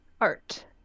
art